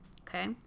okay